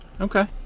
Okay